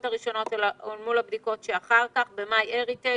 הראשונות אל מול הבדיקות שאחר כך ב-MyHeritage,